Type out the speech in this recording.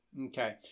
Okay